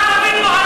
לא מאמינים לך,